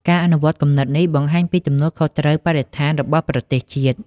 ការអនុវត្តគំនិតនេះបង្ហាញពីទំនួលខុសត្រូវបរិស្ថានរបស់ប្រទេសជាតិ។